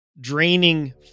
draining